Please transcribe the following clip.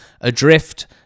adrift